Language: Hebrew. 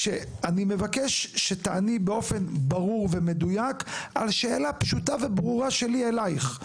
אני מבקש שתעני באופן ברור ומדויק על שאלה פשוטה וברורה שלי אליך.